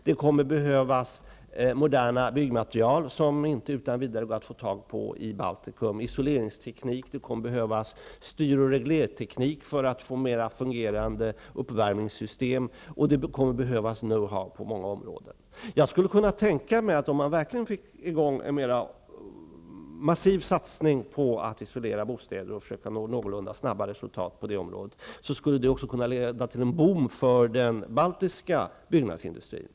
Det kommer att behövas moderna byggmaterial, som inte utan vidare går att få tag på i Baltikum, det kommer att behövas isoleringsteknik, det kommer att behövas styr och reglerteknik för att man skall få till stånd bättre fungerande uppvärmningssystem, och det kommer att behövas know-how på många områden. Om man verkligen fick i gång en mer massiv satsning på isolering av bostäder och man försökte nå någorlunda snabba resultat på det området, tror jag att det också skulle kunna leda till en boom för den baltiska byggnadsindustrin.